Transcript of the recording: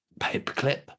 Paperclip